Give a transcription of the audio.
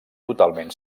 totalment